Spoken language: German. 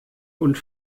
und